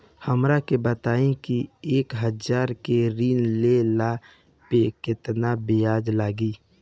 हमरा के बताई कि एक हज़ार के ऋण ले ला पे केतना ब्याज लागी?